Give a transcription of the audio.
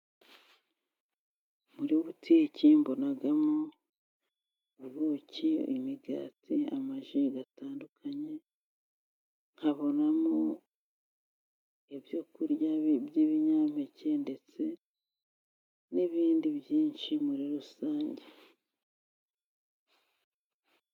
Muri butike mbonamo: ubuki, imigati, amajyeri atandukanye, nkabonamo ibyo kurya by'ibinyampeke, ndetse n'ibindi byinshi muri rusange.